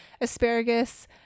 asparagus